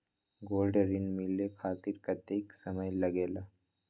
Gold ऋण मिले खातीर कतेइक समय लगेला?